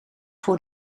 voor